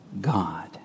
God